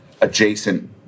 adjacent